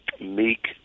meek